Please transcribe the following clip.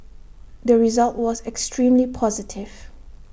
the result was extremely positive